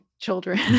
children